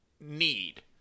need